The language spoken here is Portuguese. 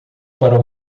para